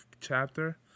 chapter